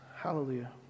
Hallelujah